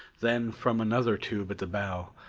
then from another tube at the bow,